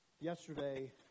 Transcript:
Yesterday